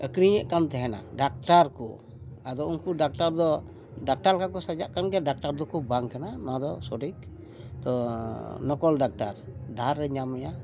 ᱟᱹᱠᱷᱨᱤᱧᱮᱫ ᱠᱟᱱ ᱛᱟᱦᱮᱱᱟ ᱰᱟᱠᱛᱟᱨ ᱠᱚ ᱟᱫᱚ ᱩᱱᱠᱩ ᱰᱟᱠᱛᱟᱨ ᱫᱚ ᱰᱟᱠᱛᱟᱨ ᱞᱮᱠᱟ ᱠᱚ ᱥᱟᱡᱟᱜ ᱠᱟᱱ ᱜᱮᱭᱟ ᱰᱟᱠᱛᱟᱨ ᱫᱚᱠᱚ ᱵᱟᱝ ᱠᱟᱱᱟ ᱱᱚᱣᱟ ᱫᱚ ᱥᱚᱴᱷᱤᱠ ᱛᱚ ᱱᱚᱠᱚᱞ ᱰᱟᱠᱛᱟᱨ ᱰᱟᱦᱟᱨ ᱨᱮ ᱧᱟᱢ ᱢᱮᱭᱟᱭ